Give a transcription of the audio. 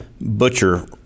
butcher